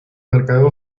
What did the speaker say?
mercadeo